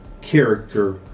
character